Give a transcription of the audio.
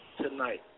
tonight